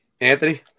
Anthony